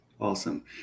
Awesome